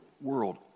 world